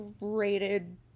rated